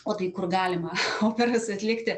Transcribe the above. o tai kur galima operas atlikti